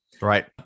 Right